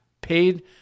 paid